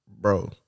Bro